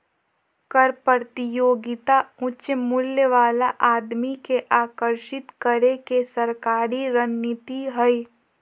कर प्रतियोगिता उच्च मूल्य वाला आदमी के आकर्षित करे के सरकारी रणनीति हइ